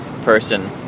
person